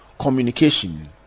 communication